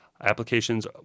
Applications